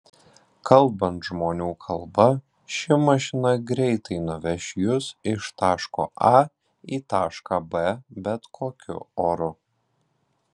kalbant žmonių kalba ši mašina greitai nuveš jus iš taško a į tašką b bet kokiu oru